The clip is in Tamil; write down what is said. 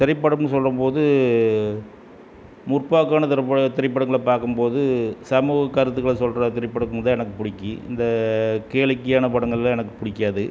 திரைப்படம்னு சொல்லும்போது முற்போக்கோன திரைப்படங்களை பார்க்கும் போது சமூக கருத்துக்களை சொல்கிற திரைப்படங்கள் தான் எனக்கு பிடிக்கும் இந்த கேளிக்கையான படங்களில் எனக்கு பிடிக்காது